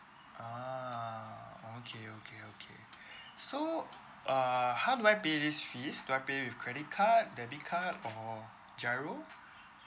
ah okay okay okay so err how do I pay these fees do I pay with credit card debit card or GIRO